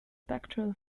pectoral